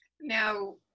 Now